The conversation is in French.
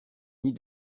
nid